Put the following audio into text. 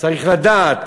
צריך לדעת